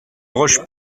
roche